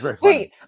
wait